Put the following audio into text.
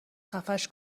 خفش